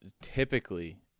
typically